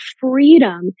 freedom